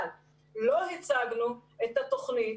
אבל לא הצגנו את התוכנית